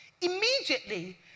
Immediately